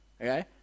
okay